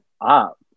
up